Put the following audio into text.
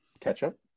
ketchup